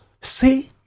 Say